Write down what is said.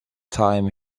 time